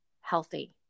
healthy